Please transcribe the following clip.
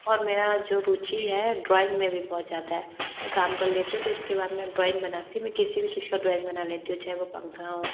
और मेरा जो रुची है ड्राइंग में भी बहुत ज़्यादा है काम कल लेती हूँ तो उसके बाद ड्राइंग बनाती हूँ मैं किसी भी चीज का ड्राइंग बना लेती हूँ चाहे वो पंखा हो